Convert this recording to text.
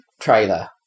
trailer